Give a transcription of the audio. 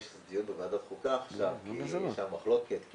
יש דיון בוועדת החוקה כי יש מחלוקת כי